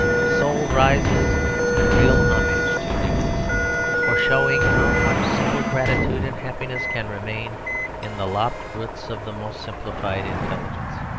the soul rises in real homage to dickens for showing how much simple gratitude and happiness can remain in the lopped roots of the most simplified intelligence.